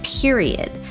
period